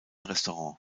restaurant